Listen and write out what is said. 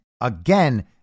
again